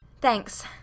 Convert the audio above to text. Thanks